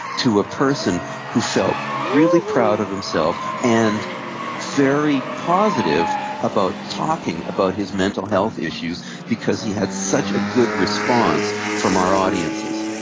to a person who felt really proud of themselves and very positive about talking about his mental health issues because he had such a good response from our audiences.